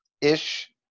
ish